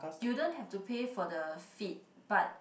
you don't have to pay for the feed but